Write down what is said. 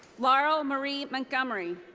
laurel marie montgomery.